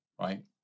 right